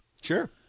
Sure